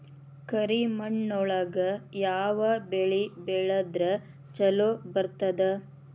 ಕರಿಮಣ್ಣೊಳಗ ಯಾವ ಬೆಳಿ ಬೆಳದ್ರ ಛಲೋ ಬರ್ತದ?